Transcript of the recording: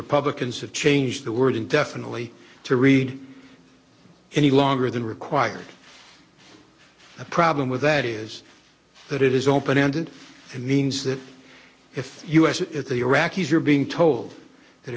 republicans have changed the wording definitely to read any longer than required a problem with that is that it is open ended means that if u s if the iraqis are being told that